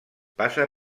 passa